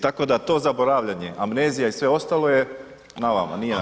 Tako da to zaboravljanje, amnezija i sve ostalo je na vama, nije